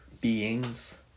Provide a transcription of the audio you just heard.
beings